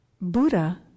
Buddha